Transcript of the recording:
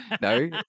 No